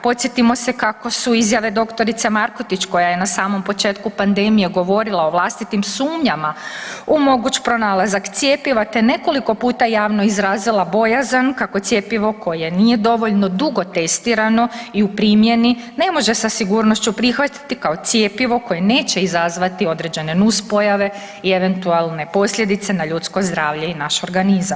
Podsjetimo se kako su izjave dr. Markotić koja je na samom početku pandemije govorila o vlastitim sumnjama u moguć pronalazak cjepiva, te nekoliko puta javno izrazila bojazan kako cjepivo koje nije dovoljno dugo testirano i u primjeni ne može sa sigurnošću prihvatiti kao cjepivo koje neće izazvati određene nus pojave i eventualne posljedice na ljudsko zdravlje i naš organizam.